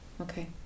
Okay